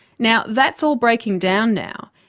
now that's all breaking down now.